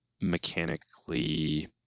mechanically